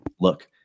look